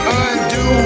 undo